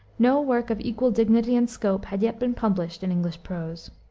no work of equal dignity and scope had yet been published in english prose.